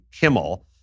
Kimmel